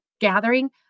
gathering